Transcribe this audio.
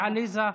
עליזה.